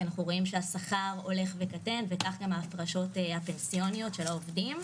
כי אנחנו רואים שהשכר הולך וקטן וכך גם ההפרשות הפנסיוניות של העובדים.